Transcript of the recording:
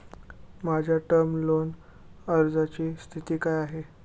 माझ्या term loan अर्जाची स्थिती काय आहे?